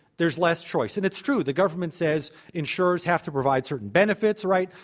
there's less choice. and it's true. the government says insurers have to provide certain benefits right.